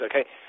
Okay